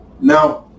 Now